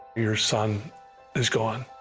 your son is gone.